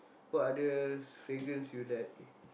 what other fragrance you like